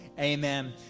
Amen